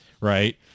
right